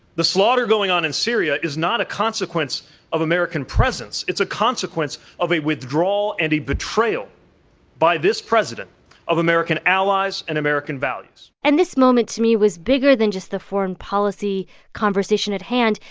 the slaughter going on in syria is not a consequence of american presence. it's a consequence of a withdrawal and a betrayal by this president of american allies and american values and this moment, to me, was bigger than just the foreign policy conversation at hand.